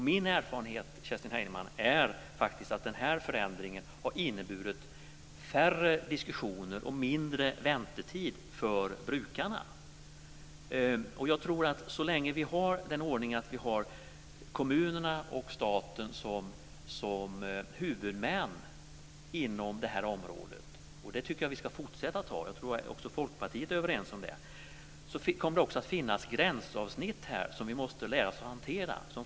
Min erfarenhet, Kerstin Heinemann, är faktiskt att den här förändringen har inneburit färre diskussioner och mindre väntetid för brukarna. Så länge vi har den ordningen att kommunerna och staten är huvudmän inom det här området - det tycker jag att vi ska fortsätta att ha, och det tror jag också att Folkpartiet är överens med oss om - kommer det att finnas gränsavsnitt som vi måste lära oss att hantera.